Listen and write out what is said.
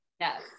Yes